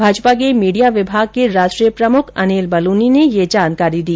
भारतीय जनता पार्टी के मीडिया विभाग के राष्ट्रीय प्रमुख अनिल बलूनी ने यह जानकारी दी